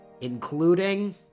including